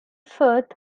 firth